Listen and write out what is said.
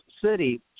City